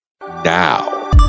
now